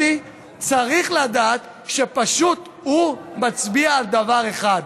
צריך לדעת שפשוט הוא מצביע על דבר אחד: